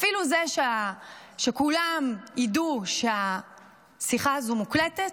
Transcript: אפילו זה שכולם יידעו שהשיחה הזו מוקלטת,